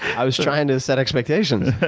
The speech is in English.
i was trying to set expectations.